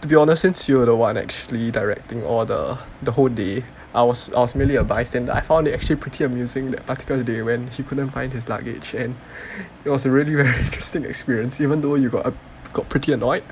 to be honest since you're the one actually directing all the the whole day I was merely a bystander I found it actually pretty amusing that particular day when he couldn't find his luggage and it was really a very interesting experience even though you got got pretty annoyed